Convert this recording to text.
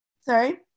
Sorry